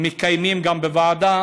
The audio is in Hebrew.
מקיימים בוועדה